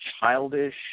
childish